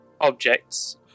objects